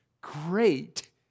great